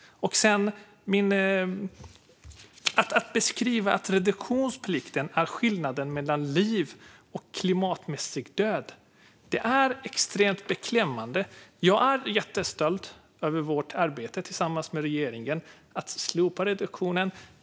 Det är extremt beklämmande att man beskriver reduktionsplikten som skillnaden mellan liv och klimatmässig död. Jag är jättestolt över vårt arbete tillsammans med regeringen för att slopa reduktionsplikten.